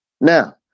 Now